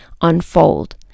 unfold